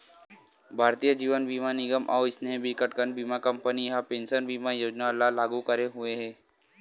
भारतीय जीवन बीमा निगन अउ अइसने बिकटकन बीमा कंपनी ह पेंसन बीमा योजना ल लागू करे हुए हे